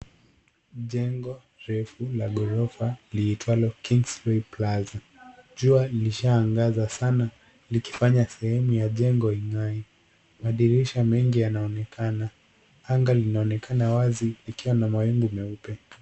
Jengo refu la gorofa liitwalo Kinglesy Plaza. Jua lishaagaza sana likifanya sehemu ya jengo igae. Madirisha mengi yanaonekana anga inaonekana wazi ikiwa na mawigu meupe.